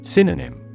Synonym